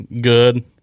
good